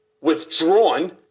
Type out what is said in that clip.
withdrawn